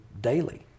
daily